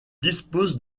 dispose